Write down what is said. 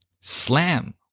Slam